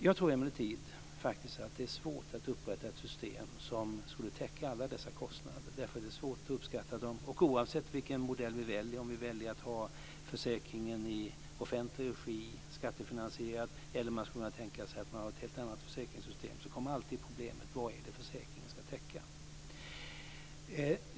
Jag tror emellertid att det är svårt att upprätta ett system som skulle täcka alla dessa kostnader därför att det är svårt att uppskatta dem. Oavsett vilken modell vi väljer - om vi väljer att ha en försäkring i offentlig regi, en skattefinansierad försäkring eller om vi skulle kunna tänka oss ett helt annat försäkringssystem - kommer alltid problemet med vad det är försäkringen ska täcka.